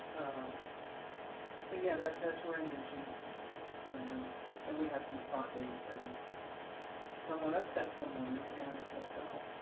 um but yeah that the tour. ended in june and then we had some spot dates and someone upset someone and was let go